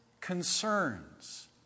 concerns